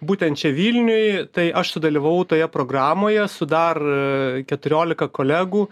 būtent čia vilniuj tai aš sudalyvavau toje programoje su dar keturiolika kolegų